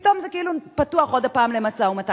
פתאום זה כאילו פתוח עוד הפעם למשא-ומתן.